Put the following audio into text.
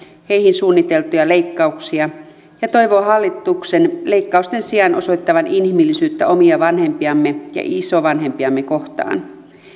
heihin suunniteltuja leikkauksia ja toivovat hallituksen leikkausten sijaan osoittavan inhimillisyyttä omia vanhempiamme ja isovanhempiamme kohtaan